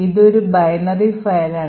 ഇത് ഒരു ബൈനറി ഫയലാണ്